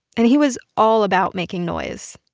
and he was all about making noise